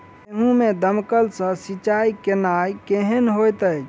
गेंहूँ मे दमकल सँ सिंचाई केनाइ केहन होइत अछि?